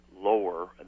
lower